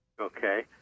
Okay